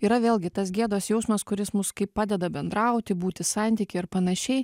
yra vėlgi tas gėdos jausmas kuris mus kai padeda bendrauti būti santyky ar panašiai